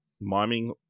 miming